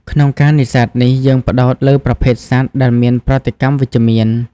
ក្នុងការនេសាទនេះ យើងផ្តោតលើប្រភេទសត្វដែលមានប្រតិកម្មវិជ្ជមាន។